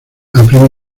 aprende